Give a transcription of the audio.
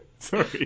sorry